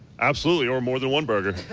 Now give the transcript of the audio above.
absolutely or more than one burger.